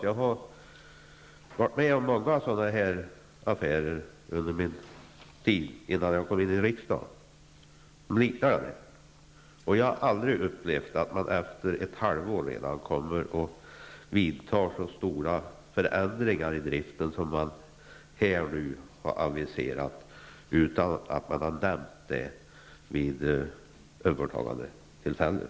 Jag har varit med om många sådana här affärer innan jag kom till riksdagen, och jag har aldrig upplevt att man redan efter ett halvår vidtagit så stora förändringar i driften som de som nu har aviserats, utan att detta har nämnts vid övertagandetillfället.